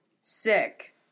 sick